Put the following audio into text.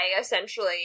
essentially